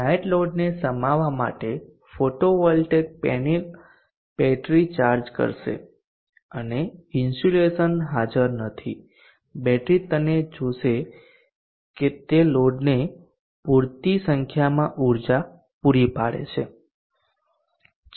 night લોડને સમાવવા માટે ફોટોવોલ્ટેઇક પેનલ બેટરી ચાર્જ કરશે અને ઇન્સ્યુલેશન હાજર નથી બેટરી તેને જોશે કે તે લોડને પૂરતી સંખ્યામાં ઊર્જા પૂરી પાડે છે